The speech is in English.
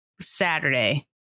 Saturday